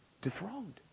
dethroned